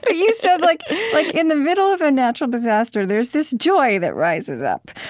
but you said like like in the middle of a natural disaster, there's this joy that rises up.